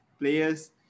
players